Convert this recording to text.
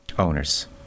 Owners